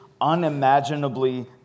unimaginably